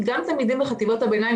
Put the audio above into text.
כי גם תלמידים בחטיבות הביניים,